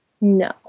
No